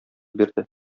бирде